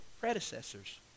predecessors